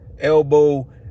elbow